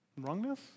wrongness